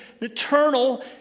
eternal